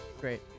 Great